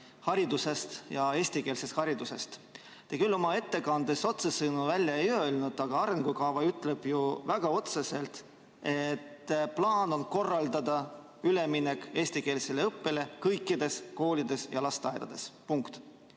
haridusest, täpsemalt eestikeelsest haridusest. Te küll oma ettekandes otsesõnu seda välja ei öelnud, aga arengukava ütleb ju väga otseselt, et plaan on korraldada üleminek eestikeelsele õppele kõikides koolides ja lasteaedades. Punkt.